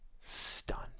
stunned